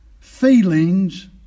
feelings